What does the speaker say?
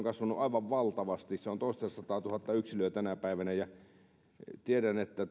kasvanut aivan valtavasti se on toistasataatuhatta yksilöä tänä päivänä tiedän että